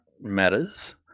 matters